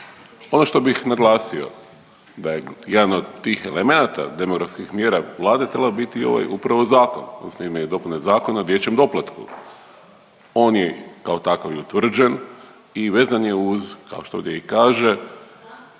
Ono što bih naglasio da je jedan od tih elemenata demografskih mjera Vlade trebalo biti upravo ovaj zakon odnosno izmjene i dopune Zakona o dječjem doplatu. On je kao takav i utvrđen i vezan je uz kao što ovdje kaže